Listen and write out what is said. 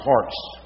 hearts